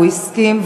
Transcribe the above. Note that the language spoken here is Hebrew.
והוא הסכים,